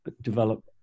develop